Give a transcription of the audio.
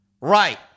Right